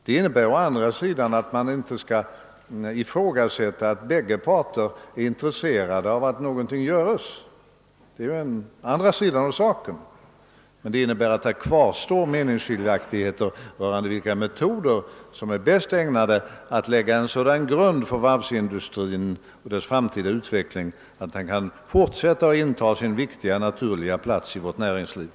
Det innebär å andra sidan att man inte skall ifrågasätta att bägge parter är intresserade av att någonting göres. Men samtidigt kvarstår det allvarliga meningsskiljaktigheter rörande vilka metoder som bäst är ägnade att lägga en sådan grund för varvsindustrin och dess framtida utveckling, att den kan fortsätta att inta sin viktiga och naturliga plats i vårt näringsliv.